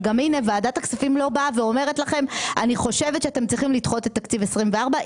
וגם ועדת הכספים לא באה ואומרת לכם לדחות את תקציב 24',